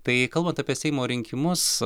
tai kalbant apie seimo rinkimus